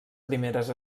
primeres